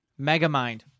Megamind